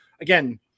again